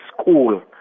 school